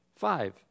five